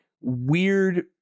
weird